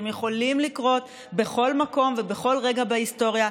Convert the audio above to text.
הם יכולים לקרות בכל מקום ובכל רגע בהיסטוריה.